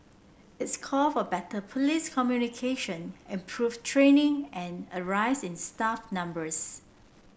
it's called for better police communication improved training and a rise in staff numbers